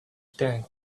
staring